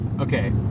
Okay